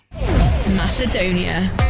Macedonia